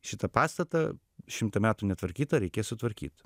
šitą pastatą šimtą metų netvarkytą reikės sutvarkyt